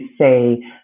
say